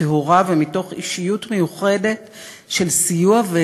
טהורה ומתוך אישיות מיוחדת של סיוע,